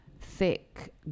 thick